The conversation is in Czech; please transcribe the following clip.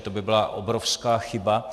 To by byla obrovská chyba.